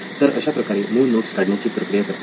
तर अशा प्रकारे मूळ नोट्स काढण्याची प्रक्रिया करता येईल